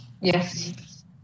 Yes